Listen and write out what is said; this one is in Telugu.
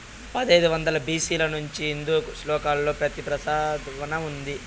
పదహైదు వందల బి.సి ల నుంచే హిందూ శ్లోకాలలో పత్తి ప్రస్తావన ఉంది